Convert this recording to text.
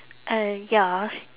uh ya